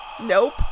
Nope